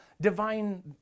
divine